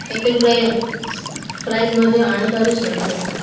କେତେ ଗୁଡ଼ାଏ ପ୍ରାଇଜ୍ ମଧ୍ୟ ଆଣିପାରୁଛନ୍ତି